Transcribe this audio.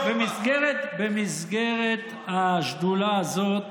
במסגרת השדולה הזאת